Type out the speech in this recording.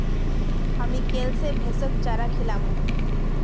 हामी कैल स भैंसक चारा खिलामू